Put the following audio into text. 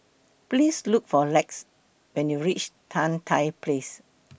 Please Look For Lex when YOU REACH Tan Tye Place